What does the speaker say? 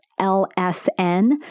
LSN